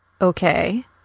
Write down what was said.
Okay